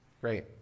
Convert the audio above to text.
Great